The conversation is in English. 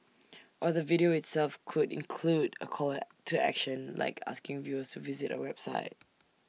or the video itself could include A call to action like asking viewers to visit A website